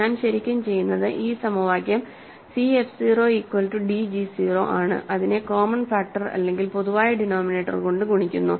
ഞാൻ ശരിക്കും ചെയ്യുന്നത് ഈ സമവാക്യം c f 0 equal to d g 0ആണ്അതിനെ കോമൺ ഫാക്ടർ അല്ലെങ്കിൽ പൊതുവായ ഡിനോമിനേറ്റർ കൊണ്ട് ഗുണിക്കുന്നു